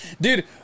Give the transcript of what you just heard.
Dude